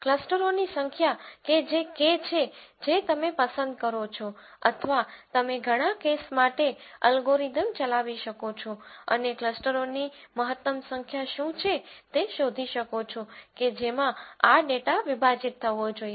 ક્લસ્ટરોની સંખ્યા કે જે K છે જે તમે પસંદ કરો છો અથવા તમે ઘણા કેસ માટે અલ્ગોરિધમ ચલાવી શકો છો અને ક્લસ્ટરોની મહત્તમ સંખ્યા શું છે તે શોધી શકો છો કે જેમાં આ ડેટા વિભાજીત થવો જોઈએ